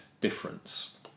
difference